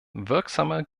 wirksame